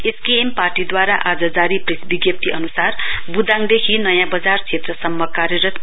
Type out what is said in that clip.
SKM पार्टीद्वारा आज जारी प्रेस विज्ञप्ती अनुसार बुदाङदेखि नयाँ बजार क्षेत्रसम्म कार्यरत गरिय़ो